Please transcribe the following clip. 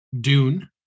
Dune